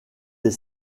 des